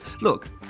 Look